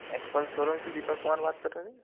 Apple showroom से दीपक कुमार बात कर रहे हैं